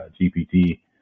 GPT